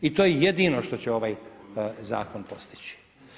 I to je jedino što će ovaj zakon postići.